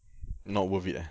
not worth it ah